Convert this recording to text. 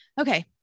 okay